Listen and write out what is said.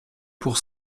pour